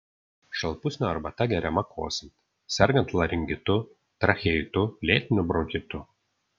šalpusnio arbata geriama kosint sergant laringitu tracheitu lėtiniu bronchitu